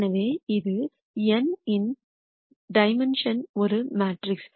எனவே இது n இன் டைமென்ஷுன் ஒரு மேட்ரிக்ஸ்